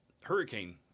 Hurricane